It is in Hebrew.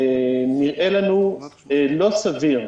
נראה לנו לא סביר,